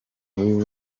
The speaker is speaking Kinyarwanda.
b’i